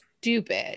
stupid